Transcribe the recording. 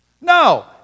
No